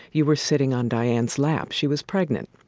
you were sitting on diane's lap. she was pregnant.